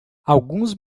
alguns